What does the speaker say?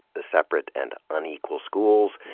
the separate and unequal schools,